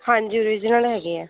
ਹਾਂਜੀ ਓਰੀਜਨਲ ਹੈਗੇ ਐ